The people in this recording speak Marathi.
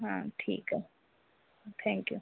हां ठीक आहे थॅंक्यू